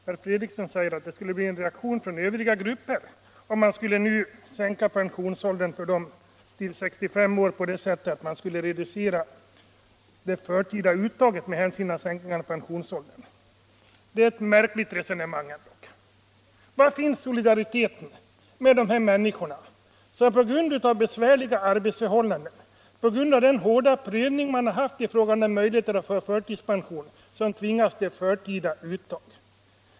Herr Fredriksson säger att övriga grupper skulle reagera om man sänker pensionsåldern för denna grupp människor till 65 år genom att reducera det förtida uttaget med hänsyn till sänkningen av pensionsåldern. Det är ett märkligt resonemang. Var finns Nr 76 solidariteten med dessa människor som, på grund av besvärliga arbetsförhållanden och den hårda prövningen i fråga om möjligheten att få förtidspension, tvingats till förtida uttag?